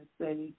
say